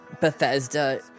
Bethesda